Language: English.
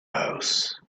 house